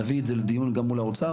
נביא את זה לדיון גם מול האוצר,